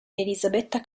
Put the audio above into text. elisabetta